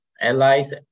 allies